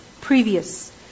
previous